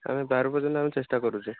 ଆମେ ପାରୁପର୍ଯ୍ୟନ୍ତ ଆମେ ଚେଷ୍ଟା କରୁଛେ